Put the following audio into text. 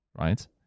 right